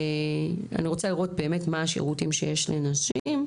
אני רוצה לראות באמת מה השירותים שיש לנשים.